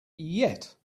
yet